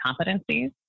competencies